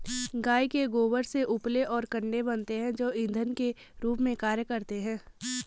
गाय के गोबर से उपले और कंडे बनते हैं जो इंधन के रूप में कार्य करते हैं